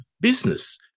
business